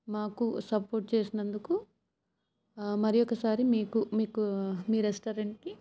మాకు సపోర్ట్ చేసినందుకు మరి ఒకసారి మీకు మీకు మీ రెస్టారెంట్కి